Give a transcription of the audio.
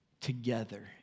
together